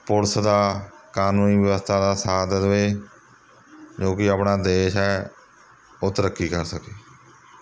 police ਦਾ ਕਾਨੂੰਨੀ ਵਿਵਸਥਾ ਦਾ ਸਾਥ ਦੇਵੇ ਜੋ ਕਿ ਆਪਣਾ ਦੇਸ਼ ਹੈ ਉਹ ਤਰੱਕੀ ਕਰ ਸਕੇ